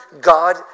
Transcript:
God